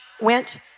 went